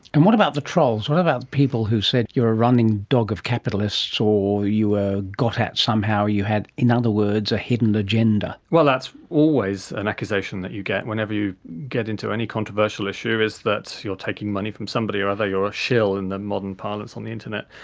and what about the trolls, what about the people who said you were running dog of capitalists or you were ah got at somehow, you had, in other words, a hidden agenda? well, that's always an accusation that you get whenever you get into any controversial issue, is that you're taking money from somebody or other, you're a shill, in the modern parlance on the internet.